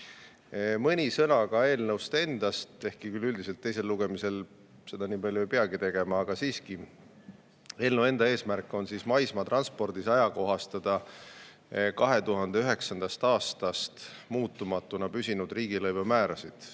Mõni sõna ka eelnõust endast, ehkki üldiselt teisel lugemisel seda nii palju ei peagi tegema, aga siiski. Eelnõu eesmärk on maismaatranspordis ajakohastada 2009. aastast muutumatuna püsinud riigilõivumäärasid.